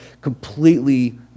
completely